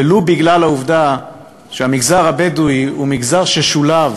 ולו בגלל העובדה שהמגזר הבדואי הוא מגזר ששולב